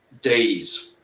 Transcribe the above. days